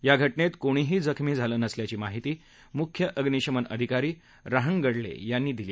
या घटनेत कोणीही जखमी झालं नसल्याची माहिती मुख्य अग्निशमन अधिकारी राहंगडले यांनी दिली